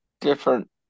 different